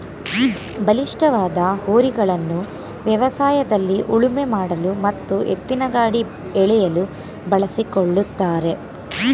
ಬಲಿಷ್ಠವಾದ ಹೋರಿಗಳನ್ನು ವ್ಯವಸಾಯದಲ್ಲಿ ಉಳುಮೆ ಮಾಡಲು ಮತ್ತು ಎತ್ತಿನಗಾಡಿ ಎಳೆಯಲು ಬಳಸಿಕೊಳ್ಳುತ್ತಾರೆ